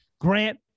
Grant